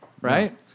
right